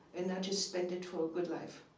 and not just spend it for a good life.